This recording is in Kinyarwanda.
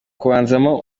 kubanzamo